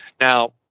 Now